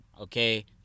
okay